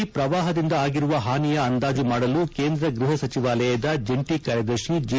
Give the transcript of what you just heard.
ಬಿಹಾರದಲ್ಲಿ ಪ್ರವಾಹದಿಂದ ಆಗಿರುವ ಹಾನಿಯ ಅಂದಾಜು ಮಾಡಲು ಕೇಂದ ಗ್ವಹ ಸಚಿವಾಲಯದ ಜಂಟಿ ಕಾರ್ಯದರ್ಶಿ ಜಿ